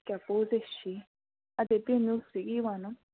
کیٛاہ پوٚز ہے چھُے اَدے تٔمۍ اوسُے یی وَنُن